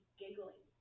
giggling